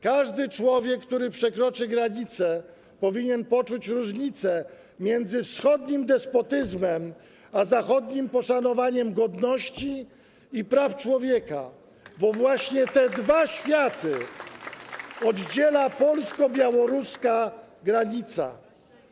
Każdy człowiek, który przekroczy granicę, powinien poczuć różnicę między wschodnim despotyzmem a zachodnim poszanowaniem godności i praw człowieka, bo właśnie te dwa światy oddziela polsko-białoruska granica.